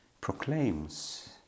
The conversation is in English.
proclaims